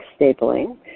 stapling